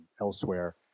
elsewhere